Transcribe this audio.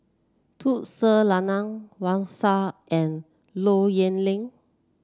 Tun Sri Lanang Wang Sha and Low Yen Ling